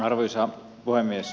arvoisa puhemies